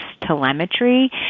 telemetry